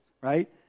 right